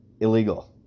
illegal